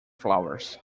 flowers